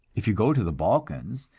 if you go to the balkans,